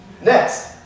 Next